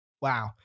Wow